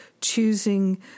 choosing